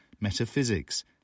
metaphysics